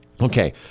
Okay